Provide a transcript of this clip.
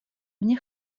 мне